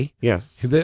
yes